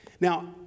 Now